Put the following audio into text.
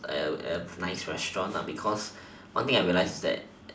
nice restaurant because one thing I realized is that